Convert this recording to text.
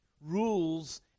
rules